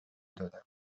دادم